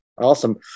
Awesome